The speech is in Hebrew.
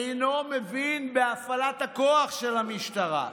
אינו מבין בהפעלת הכוח של המשטרה.